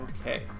Okay